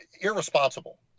irresponsible